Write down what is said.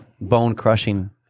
bone-crushing